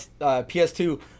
PS2